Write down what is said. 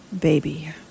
Baby